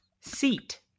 Seat